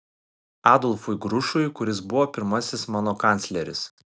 adolfui grušui kuris buvo pirmasis mano kancleris